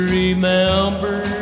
remember